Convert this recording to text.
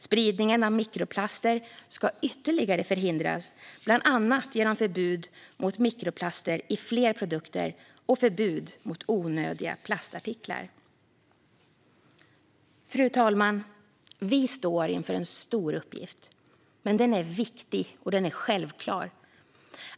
Spridningen av mikroplaster ska ytterligare förhindras bland annat genom förbud mot mikroplaster i fler produkter och förbud mot onödiga plastartiklar. Fru talman! Vi står inför en stor uppgift, men den är viktig och självklar.